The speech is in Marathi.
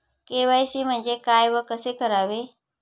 के.वाय.सी म्हणजे काय व कसे करावे?